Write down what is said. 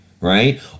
right